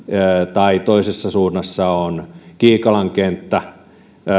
ja toisessa suunnassa on kiikalan kenttä